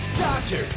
Doctor